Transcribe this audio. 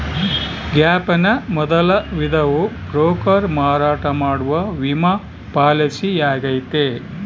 gap ನ ಮೊದಲ ವಿಧವು ಬ್ರೋಕರ್ ಮಾರಾಟ ಮಾಡುವ ವಿಮಾ ಪಾಲಿಸಿಯಾಗೈತೆ